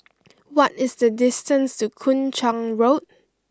what is the distance to Kung Chong Road